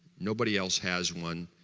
nobody else has one,